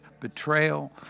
betrayal